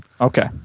Okay